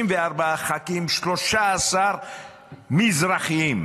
24 ח"כים, 13 מזרחים.